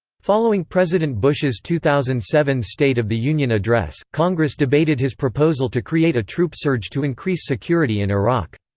following president bush's two thousand and seven state of the union address, congress debated his proposal to create a troop surge to increase security in iraq.